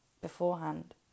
beforehand